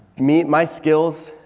i mean my skills,